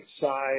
side